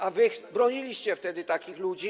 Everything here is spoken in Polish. A wy broniliście wtedy takich ludzi.